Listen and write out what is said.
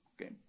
Okay